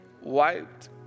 wiped